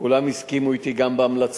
כולם הסכימו אתי גם בהמלצות,